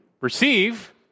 receive